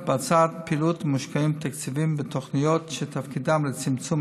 מתבצעת פעילות ומושקעים תקציבים בתוכניות שמטרתן צמצום